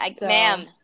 Ma'am